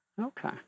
Okay